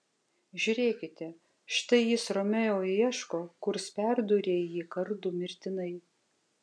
žiūrėkite štai jis romeo ieško kurs perdūrė jį kardu mirtinai